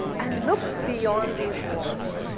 and look beyond these walls.